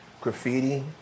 Graffiti